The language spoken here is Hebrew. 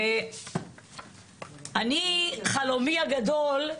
חלומי הגדול,